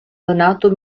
donato